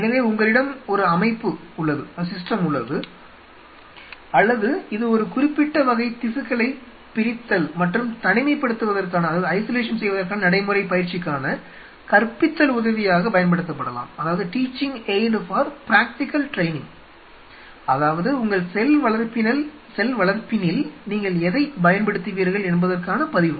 எனவே உங்களிடம் ஒரு அமைப்பு உள்ளது அல்லது இது ஒரு குறிப்பிட்ட வகை திசுக்களை பிரித்தல் மற்றும் தனிமைப்படுத்துவதற்கான நடைமுறை பயிற்சிக்கான கற்பித்தல் உதவியாகப் பயன்படுத்தப்படலாம் அதாவது உங்கள் செல் வளர்ப்பினில் நீங்கள் எதைப் பயன்படுத்துவீர்கள் என்பதற்கான பதிவு